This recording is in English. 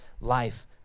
life